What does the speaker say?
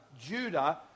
Judah